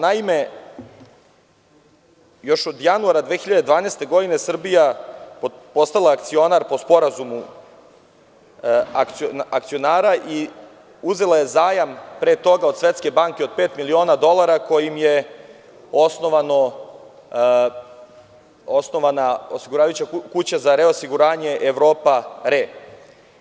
Naime, još od januara 2012. godine Srbija je postala akcionar po Sporazumu akcionara i uzela je zajam pre toga od Svetske banke od pet miliona dolara, kojim je osnovana osiguravajuća kuća za reosiguranje „Evropa RE“